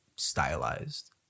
stylized